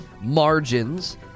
margins